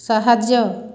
ସାହାଯ୍ୟ